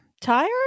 tired